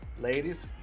ladies